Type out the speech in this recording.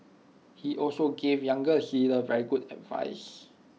he also gave younger leaders very good advice